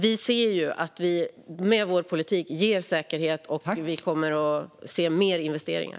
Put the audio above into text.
Vi ser alltså att vi med vår politik ger säkerhet, och vi kommer att se mer investeringar.